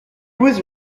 was